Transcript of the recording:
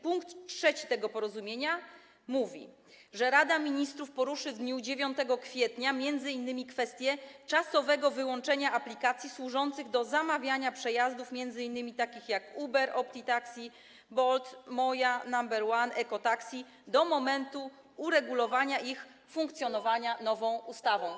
Punkt trzeci tego porozumienia mówi, że Rada Ministrów poruszy w dniu 9 kwietnia m.in. kwestię czasowego wyłączenia aplikacji służących do zamawiania przejazdów, m.in. takich jak Uber, Opti Taxi, Bolt, Moja, Number One, Eko Taxi do momentu uregulowania ich funkcjonowania nową ustawą.